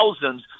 thousands